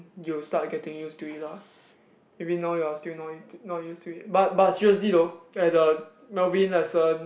you will start getting used to it lah maybe now you are still not not used to it but but seriously though at the Melvin lesson